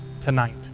tonight